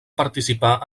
participar